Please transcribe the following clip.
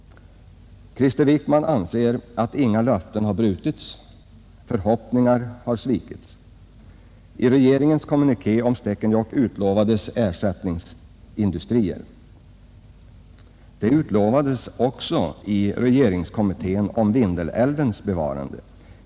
Krister Wickman anser att inga löften har brutits. Förhoppningar har svikits. I regeringens kommuniké om Stekenjokk utlovades ersättningsindustrier. Det utlovades även i regeringskommunikén om Vindelälvens bevarande.